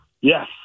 Yes